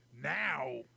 Now